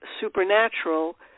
supernatural